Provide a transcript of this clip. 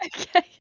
Okay